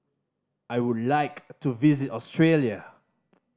I would like to visit Australia